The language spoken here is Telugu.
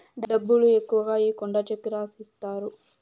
డబ్బులు ఎక్కువ ఈకుండా చెక్ రాసిత్తారు